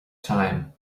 time